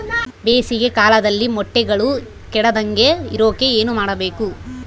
ಬೇಸಿಗೆ ಕಾಲದಲ್ಲಿ ಮೊಟ್ಟೆಗಳು ಕೆಡದಂಗೆ ಇರೋಕೆ ಏನು ಮಾಡಬೇಕು?